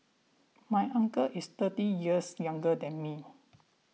my uncle is thirty years younger than me